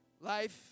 Life